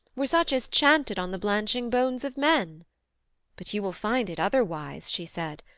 were such as chanted on the blanching bones of men but you will find it otherwise she said.